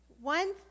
one